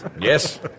Yes